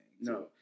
No